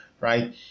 Right